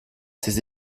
ses